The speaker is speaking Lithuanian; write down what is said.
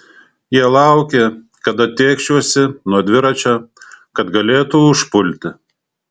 jie laukė kada tėkšiuosi nuo dviračio kad galėtų užpulti